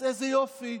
אז איזה יופי,